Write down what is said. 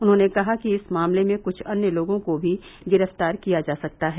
उन्होंने कहा कि इस मामले में कुछ अन्य लोगों को भी गिरफ्तार किया जा सकता है